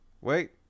wait